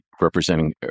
representing